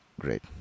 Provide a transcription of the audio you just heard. great